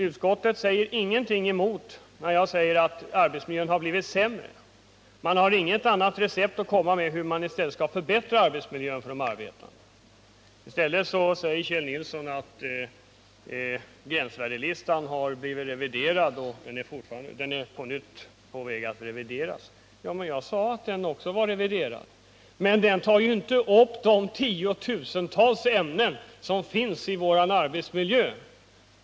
Utskottet säger ingenting emot mitt påstående att arbetsmiljön blivit sämre, och man har inget annat förslag att komma med när det gäller hur man skall kunna förbättra arbetsmiljön för de arbetande. I stället säger nu Kjell Nilsson att gränsvärdeslistan har reviderats och att den är på väg att revideras på nytt. Jag har också sagt att den är reviderad, men den tar ju inte upp de tiotusentals ämnen som finns i vår arbetsmiljö.